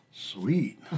sweet